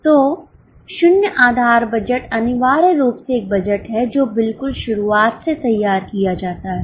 तो शून्य आधार बजट अनिवार्य रूप से एक बजट है जो बिल्कुल शुरुआत से तैयार किया जाता है